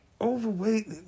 overweight